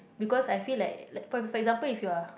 because I feel like for like for example if you are